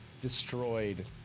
destroyed